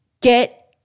get